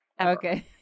okay